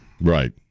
Right